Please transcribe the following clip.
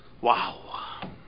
Wow